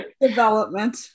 Development